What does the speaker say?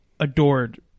Adored